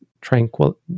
tranquil